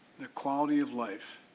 the quality of life